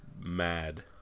Mad